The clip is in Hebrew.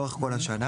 לאורך כל השנה.